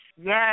Yes